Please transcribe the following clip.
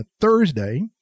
Thursday